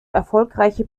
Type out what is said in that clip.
erfolgreiche